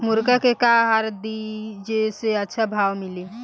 मुर्गा के का आहार दी जे से अच्छा भाव मिले?